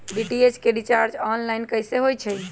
DTH के recharge online कैसे होईछई?